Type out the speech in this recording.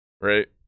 right